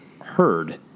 heard